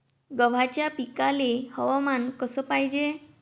गव्हाच्या पिकाले हवामान कस पायजे?